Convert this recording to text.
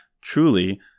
truly